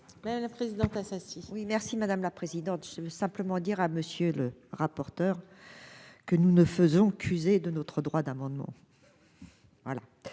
Mais la présidente assassine. Oui merci madame la présidente, je veux simplement dire à monsieur le rapporteur, que nous ne faisons qu'user de notre droit d'amendement.